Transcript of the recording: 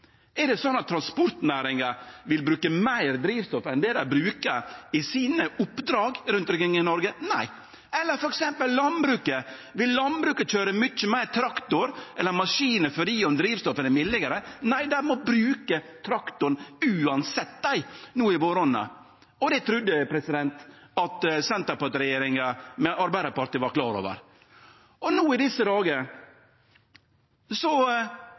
Er det slik at transportnæringa vil bruke meir drivstoff enn det ho brukar i sine oppdrag rundt omkring i Noreg? Nei. Eller ta landbruket: Vil folk i landbruket køyre mykje meir traktor eller maskiner fordi drivstoffet vert billegare? Nei, dei må bruke traktoren uansett i våronna. Det trudde eg at Arbeidarparti–Senterparti-regjeringa var klar over. I desse dagar